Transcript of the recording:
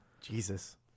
Jesus